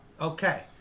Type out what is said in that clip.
Okay